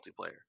multiplayer